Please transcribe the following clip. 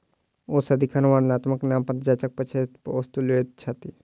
ओ सदिखन वर्णात्मक नामपत्र जांचक पश्चातै वस्तु लैत छथि